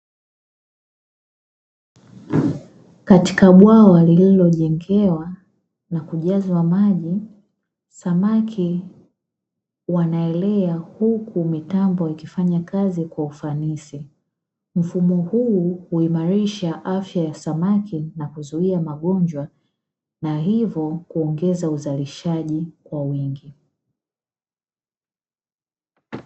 Katika bwawa lililojengewa na kujazwa maji, samaki wanaelea, huku mitambo ikifanya kazi kwa ufanisi. Mfumo huu huimarisha afya ya samaki na kuzuia magonjwa na hivyo kuongeza uzalishaji kwa wingi.